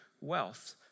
wealth